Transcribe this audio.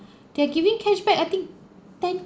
they are giving cashback I think ten